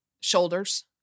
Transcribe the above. Shoulders